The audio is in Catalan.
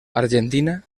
argentina